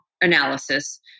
analysis